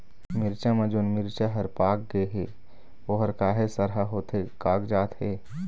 मिरचा म जोन मिरचा हर पाक गे हे ओहर काहे सरहा होथे कागजात हे?